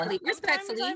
Respectfully